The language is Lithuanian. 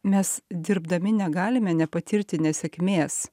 mes dirbdami negalime nepatirti nesėkmės